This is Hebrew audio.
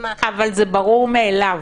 אבל זה ברור מאליו.